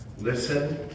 Listen